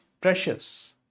precious